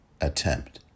attempt